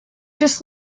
just